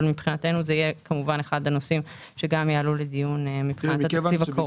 מבינתנו זה יהיה אחד הנושאים שיעלו לדיון בתקציב הקרוב.